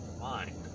mind